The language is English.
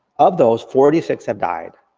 of those forty six have died.